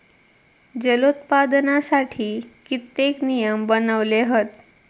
जलोत्पादनासाठी कित्येक नियम बनवले हत